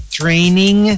training